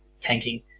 tanking